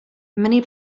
many